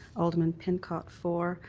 um and pincott for.